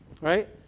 right